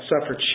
suffered